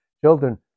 Children